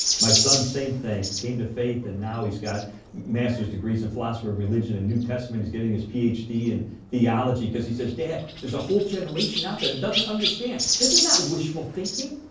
my son, same thing, came to faith and now he has got masters degrees in philosophy of religion and new testament. he is getting his ph d. in theology because he says, dad, there is a whole generation out there that doesn't understand. this is not wishful thinking,